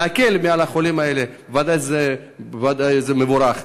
להקל על החולים האלה זה בוודאי מבורך.